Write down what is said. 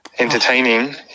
Entertaining